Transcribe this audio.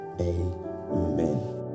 Amen